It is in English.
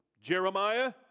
Jeremiah